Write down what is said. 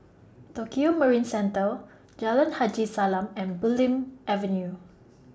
Tokio Marine Centre Jalan Haji Salam and Bulim Avenue